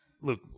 Look